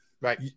right